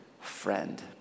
friend